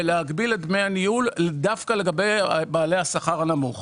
ולהגביל את דמי הניהול דווקא לגבי בעלי השכר הנמוך.